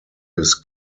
his